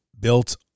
Built